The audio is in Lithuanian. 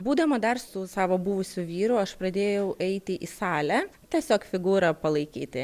būdama dar su savo buvusiu vyru aš pradėjau eiti į salę tiesiog figūrą palaikyti